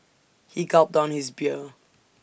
he gulped down his beer